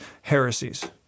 heresies